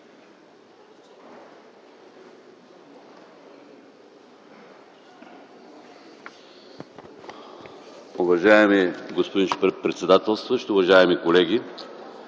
Уважаеми господин председател, уважаеми колеги!